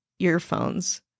Earphones